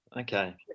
Okay